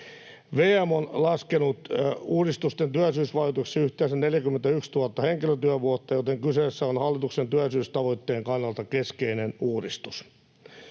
VM on laskenut uudistusten työllisyysvaikutuksiksi yhteensä 41 000 henkilötyövuotta, joten kyseessä on hallituksen työllisyystavoitteen kannalta keskeinen uudistus.